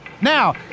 Now